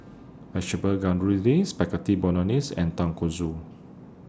Vegetable Spaghetti Bolognese and Tonkatsu